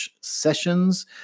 sessions